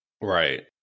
Right